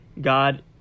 God